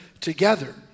together